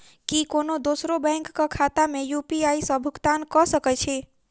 की कोनो दोसरो बैंक कऽ खाता मे यु.पी.आई सऽ भुगतान कऽ सकय छी?